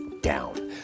down